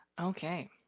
Okay